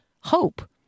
hope